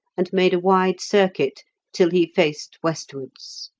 and made a wide circuit till he faced westwards.